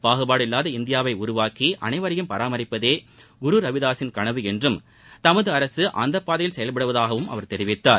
பாகுபாடில்லாத இந்தியாவை உருவாக்கி அனைவரையும் பராமரிப்பதே குரு ரவிதாஸின் கனவு என்றும் தமது அரசு அந்த பாதையில் செயல்படுவதாகவும் அவர் தெரிவித்தார்